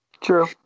True